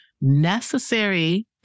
necessary